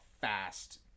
fast